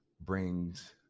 brings